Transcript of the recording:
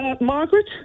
Margaret